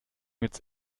jetzt